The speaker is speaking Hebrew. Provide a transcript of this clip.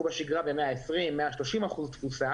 אנחנו בשגרה ב-120 ו-130 אחוזים,